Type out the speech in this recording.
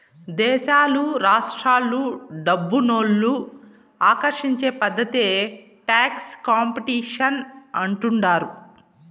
దేశాలు రాష్ట్రాలు డబ్బునోళ్ళు ఆకర్షించే పద్ధతే టాక్స్ కాంపిటీషన్ అంటుండారు